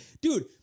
dude